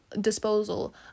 disposal